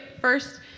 first